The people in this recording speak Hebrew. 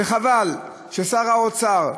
וחבל ששר האוצר,